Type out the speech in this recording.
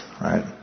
right